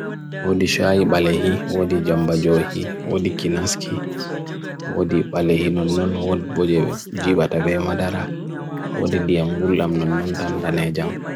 Odi shahi balehi, odi jamba johi, odi kinaski, odi balehi nunun, odi boje jivatave madara, odi ni amgulam nunun tanhe jam.